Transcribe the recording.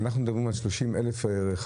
אנחנו מדברים על 30,000 רכבים,